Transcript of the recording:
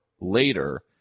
later